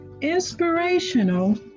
inspirational